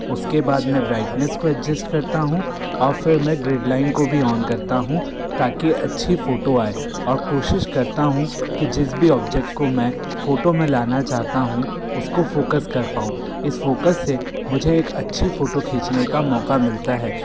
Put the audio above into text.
उसके बाद में ब्राइटनेस को एडजस्ट करता हूँ और फ़िर मैं ग्रेड लाइन को भी ऑन करता हूँ ताकि अच्छी फ़ोटो आए और कोशिश करता हूँ कि जिस भी ऑब्जेक्ट को मैं फ़ोटो में लाना चाहता हूँ उसको फ़ोकस कर पाऊँ इस फ़ोकस से मुझे एक अच्छी फ़ोटो खींचने का मौका मिलता है